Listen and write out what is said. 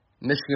Michigan